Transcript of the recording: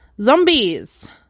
Zombies